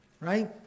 Right